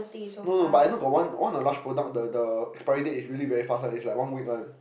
no no no but I know got one one of the Lush product the the expiry date is really very fast one is like one week one